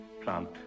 plant